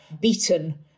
beaten